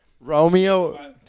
Romeo